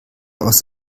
aus